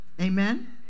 Amen